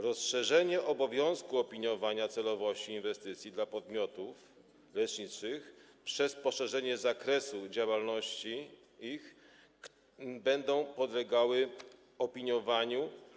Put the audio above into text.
Rozszerzenie obowiązku opiniowania celowości inwestycji dla podmiotów leczniczych przez poszerzenie zakresu ich działalności - będą podlegały opiniowaniu.